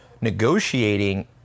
negotiating